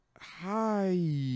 hi